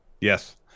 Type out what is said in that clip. Yes